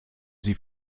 sie